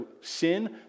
Sin